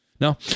No